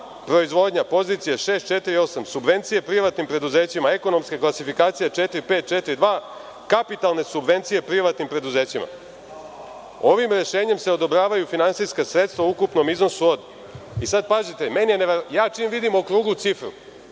proizvodnja pozicija 648, subvencije privatnim preduzećima ekonomske klasifikacije 4542, kapitalne subvencije privatnim preduzećima, ovim rešenjem se odobravaju finansijska sredstva u ukupnom iznosu od, sada pazite, ja čim vidim okruglu cifru